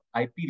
IP